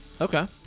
okay